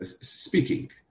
speaking